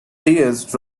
tears